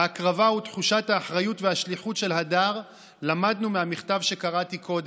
ההקרבה ותחושת האחריות והשליחות של הדר למדנו מהמכתב שקראתי קודם.